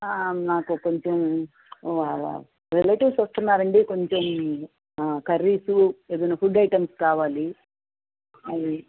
నాకు కొంచెం రిలేటివ్స్ వస్తున్నారండి కొంచెం కర్రీసు ఏదైనా ఫుడ్ ఐటమ్స్ కావాలి అది